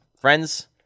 friends